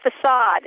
facade